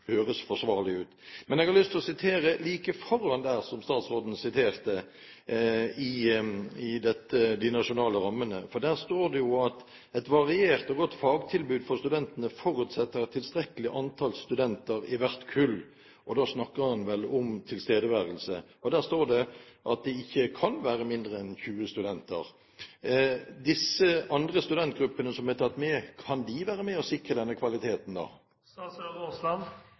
høres forsvarlig ut. Jeg har lyst til å sitere noe som står like foran det statsråden siterte om de nasjonale rammene. Der står det: «Et variert og godt fagtilbud for studentene forutsetter et tilstrekkelig antall studenter i hvert kull» – og da snakker en vel om tilstedeværelse. Det står videre at det «kan ikke være mindre enn 20 studenter». Disse andre studentgruppene som er tatt med, kan de være med og sikre denne kvaliteten,